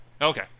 Okay